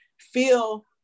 feel